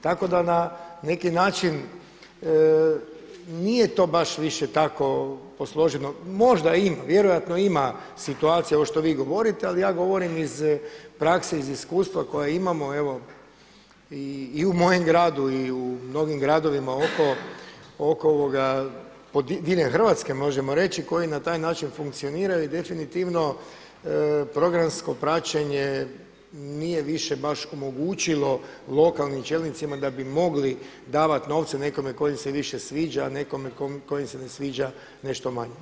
Tako da na neki način nije to baš više tako posloženo, možda ima, vjerojatno ima situacija ovo što vi govorite ali ja govorim iz prakse, iz iskustva koje imamo evo i u mojem gradu i u mnogim gradovima oko, diljem Hrvatske možemo reći koji na taj način funkcioniraju i definitivno programsko praćenje nije više baš omogućilo lokalnim čelnicima da bi mogli davati novce nekome tko im se više sviđa, nekome tko im se ne sviđa nešto manje.